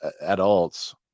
adults